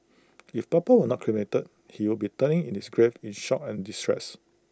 if papa were not cremated he would be turning in his grave in shock and distress